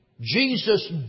Jesus